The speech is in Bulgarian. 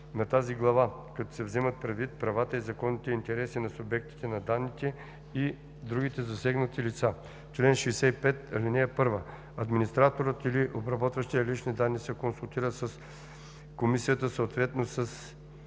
на тази глава, като се вземат предвид правата и законните интереси на субектите на данните и другите засегнати лица. Чл. 65. (1) Администраторът или обработващият лични данни се консултира с комисията, съответно с